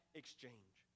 exchange